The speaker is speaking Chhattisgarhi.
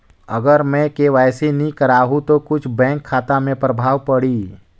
अगर मे के.वाई.सी नी कराहू तो कुछ बैंक खाता मे प्रभाव पढ़ी?